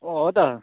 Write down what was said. अँ हो त